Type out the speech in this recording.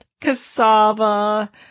cassava